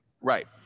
right